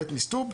ב' - מסטו"ב,